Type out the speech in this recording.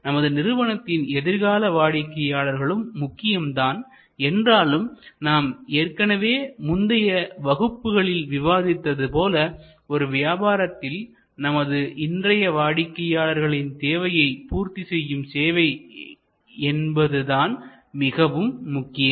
நமது நிறுவனத்தின் எதிர்கால வாடிக்கையாளர்களும் முக்கியம்தான் என்றாலும் நாம் ஏற்கனவே முந்தைய வகுப்புகளில் விவாதித்தது போல ஒரு வியாபாரத்தில் நமது இன்றைய வாடிக்கையாளர்களின் தேவையை பூர்த்தி செய்யும் சேவை என்பதுதான் மிகவும் முக்கியம்